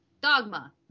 Dogma